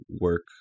work